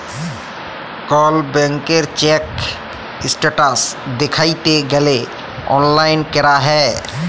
call ব্যাংকের check status দ্যাইখতে গ্যালে অললাইল ক্যরা যায়